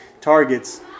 targets